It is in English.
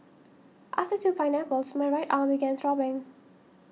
after two pineapples my right arm began throbbing